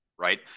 Right